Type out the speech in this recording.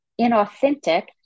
inauthentic